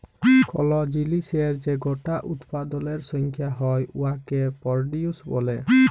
call জিলিসের যে গটা উৎপাদলের সংখ্যা হ্যয় উয়াকে পরডিউস ব্যলে